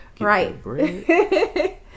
Right